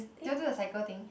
did you do the cycle thing